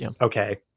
Okay